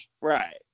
right